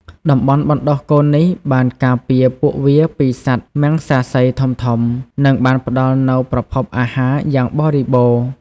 តំបន់បណ្តុះកូននេះបានការពារពួកវាពីសត្វមំសាសីធំៗ និងបានផ្តល់នូវប្រភពអាហារយ៉ាងបរិបូរណ៍។